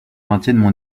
maintiennent